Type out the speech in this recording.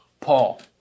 Paul